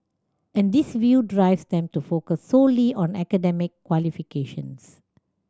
and this view drives them to focus solely on academic qualifications